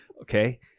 Okay